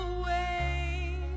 away